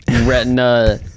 Retina